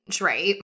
right